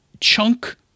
chunk